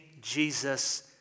Jesus